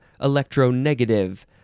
electronegative